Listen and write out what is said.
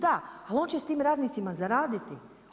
Da, ali on će s tim radnicima zaraditi.